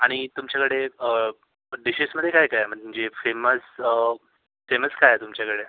आणि तुमच्याकडे डिशेशमध्ये काय काय आहे म्हणजे फेमस फेमस काय आहे तुमच्याकडे